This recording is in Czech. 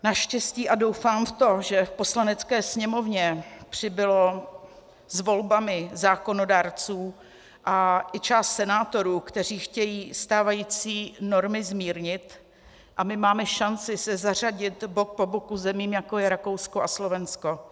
Naštěstí, a doufám v to, že v Poslanecké sněmovně přibylo s volbami zákonodárců, a i část senátorů, kteří chtějí stávající normy zmírnit, a my máme šanci se zařadit bok po boku zemím, jako je Rakousko a Slovensko.